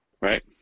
Right